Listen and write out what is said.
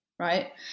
Right